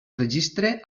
registre